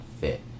fit